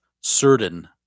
certain